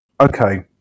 Okay